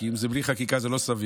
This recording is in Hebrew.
כי אם זה בלי חקיקה זה לא סביר,